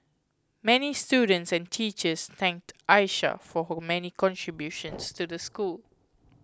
many students and teachers thanked Aisha for her many contributions to the school